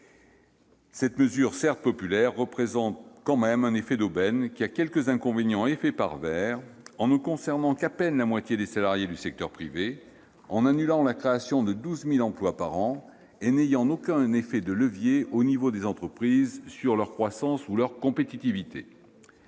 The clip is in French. Cette mesure, certes populaire, représente malgré tout un effet d'aubaine, qui a quelques inconvénients et effets pervers, en ne concernant qu'à peine la moitié des salariés du secteur privé, en annulant la création de 12 000 emplois par an et en n'ayant aucun effet de levier sur la croissance et la compétitivité